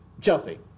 Chelsea